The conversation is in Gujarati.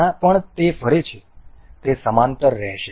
જ્યાં પણ તે ફરે છે તે સમાંતર રહેશે